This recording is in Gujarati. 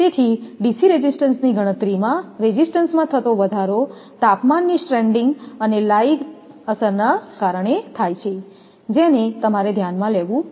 તેથી ડીસી રેઝિસ્ટન્સની ગણતરીમાં રેઝિસ્ટન્સમાં થતો વધારો તાપમાન ની સ્ટ્રેન્ડિંગ અને લાઇગ અસર ના કારણે થાય છે જેને તમારે ધ્યાનમાં લેવું જોઈએ